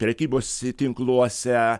prekybos tinkluose